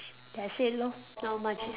that's it lor not much